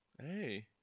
hey